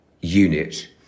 unit